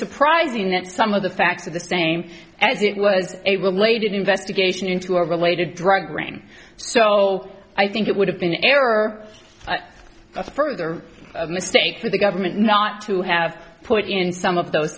surprising that some of the facts are the same as it was it will lay did investigation into a related drug ring so i think it would have been error a further mistake for the government not to have put in some of those